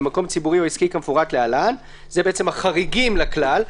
במקום ציבורי או עסקי כמפורט להלן" אלה החריגים לכלל,